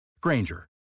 Granger